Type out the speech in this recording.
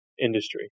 Industry